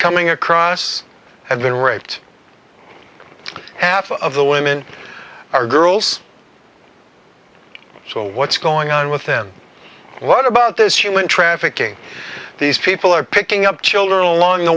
coming across have been raped and half of the women are girls so what's going on with them what about this human trafficking these people are picking up children along the